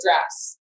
address